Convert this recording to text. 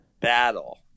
battle